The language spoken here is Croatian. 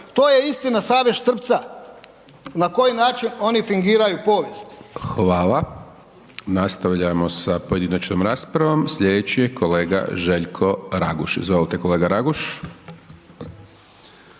To je istina Save Štrbca na koji način oni fingiraju povijest. **Hajdaš Dončić, Siniša (SDP)** Hvala. Nastavljamo sa pojedinačnom raspravom. Sljedeći je kolega Željko Raguž. Izvolite kolega Raguž.